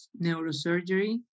neurosurgery